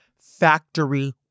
Factory